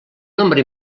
nombre